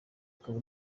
rikaba